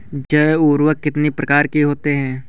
जैव उर्वरक कितनी प्रकार के होते हैं?